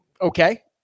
okay